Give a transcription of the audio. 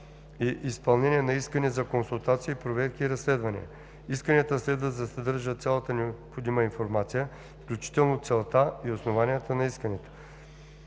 и изпълнение на искания за консултации, проверки и разследвания. Исканията следва да съдържат цялата необходима информация, включително целта и основанията на искането.